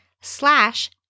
slash